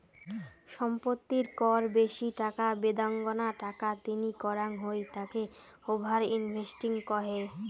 সম্পত্তির কর বেশি টাকা বেদাঙ্গনা টাকা তিনি করাঙ হই তাকে ওভার ইনভেস্টিং কহে